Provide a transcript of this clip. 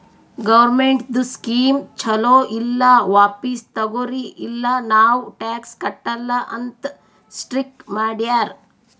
ಗೌರ್ಮೆಂಟ್ದು ಸ್ಕೀಮ್ ಛಲೋ ಇಲ್ಲ ವಾಪಿಸ್ ತಗೊರಿ ಇಲ್ಲ ನಾವ್ ಟ್ಯಾಕ್ಸ್ ಕಟ್ಟಲ ಅಂತ್ ಸ್ಟ್ರೀಕ್ ಮಾಡ್ಯಾರ್